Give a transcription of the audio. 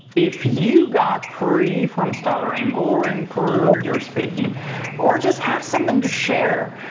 if you got free from stuttering or improved your speaking or just have something to share,